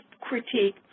critique